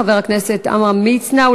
חבר הכנסת עמרם מצנע,